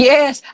Yes